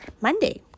monday